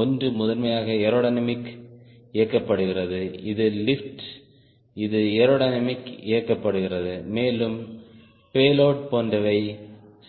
ஒன்று முதன்மையாக ஏரோடைனமிக் இயக்கப்படுகிறது இது லிப்ட் இது ஏரோடைனமிக் இயக்கப்படுகிறது மேலும் பேலோட் போன்றவை